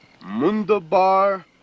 mundabar